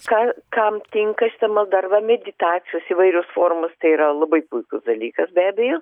ką kam tinka šita malda ar meditacijos įvairios formos tai yra labai puikus dalykas be abejo